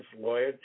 lawyer